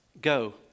Go